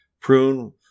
prune